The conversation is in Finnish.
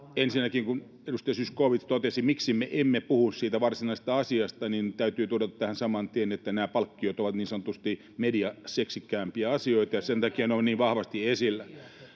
Ensinnäkin, kun edustaja Zyskowicz totesi, miksi me emme puhu siitä varsinaisesta asiasta, täytyy todeta tähän saman tien, että nämä palkkiot ovat niin sanotusti mediaseksikkäämpiä asioita ja sen takia ne ovat niin vahvasti esillä.